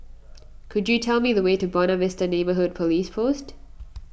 could you tell me the way to Buona Vista Neighbourhood Police Post